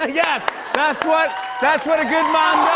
ah yeah what that's what a good mom